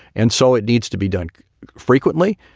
and so it needs to be done frequently.